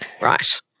right